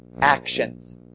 actions